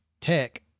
Tech